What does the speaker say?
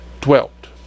dwelt